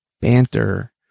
banter